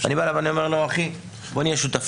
אני בא אליו ואני אומר לו: אחי, בוא נהיה שותפים.